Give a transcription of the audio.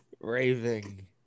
raving